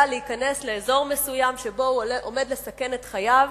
להיכנס לאזור מסוים שבו הוא עומד לסכן את חייו